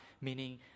meaning